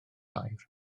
air